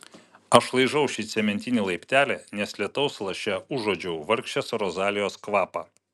aš laižau šį cementinį laiptelį nes lietaus laše užuodžiau vargšės rozalijos kvapą